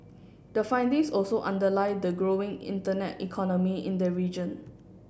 the findings also underlie the growing internet economy in the region